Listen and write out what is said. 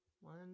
one